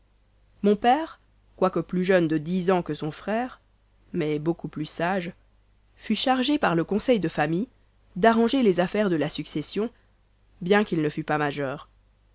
mon père quoique plus jeune de ans que son frère mais beaucoup plus sage fut chargé par le conseil de famille d'arranger les affaires de la succession bien qu'il ne fût pas majeur